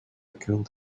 killed